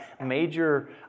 major